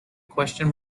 question